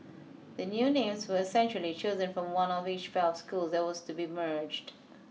the new names were essentially chosen from one of each pair of schools that was to be merged